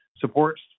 Supports